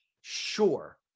Sure